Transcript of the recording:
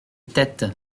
têtes